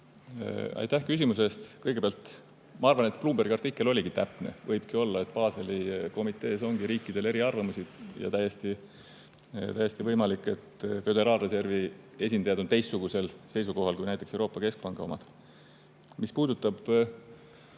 Aitäh küsimuse eest! Kõigepealt, ma arvan, et Bloombergi artikkel oli täpne. Võibki olla, et Baseli komitees on riikidel eriarvamusi, ja täiesti võimalik, et Föderaalreservi esindajad on teistsugusel seisukohal kui näiteks Euroopa Keskpanga omad. Mis puudutab